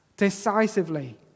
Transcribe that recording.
Decisively